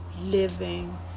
living